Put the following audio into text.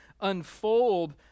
unfold